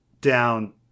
down